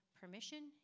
permission